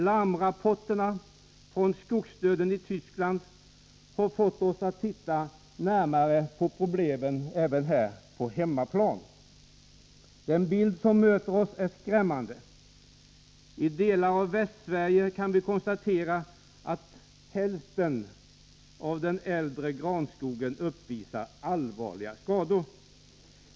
Larmrapporterna om skogsdöden i Tyskland har fått oss att se närmare på problemen även på hemmaplan. Den bild som möter oss är skrämmande. I delar av Västsverige kan vi konstatera att hälften av den äldre granskogen uppvisar allvarliga skador.